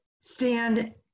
stand